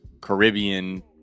Caribbean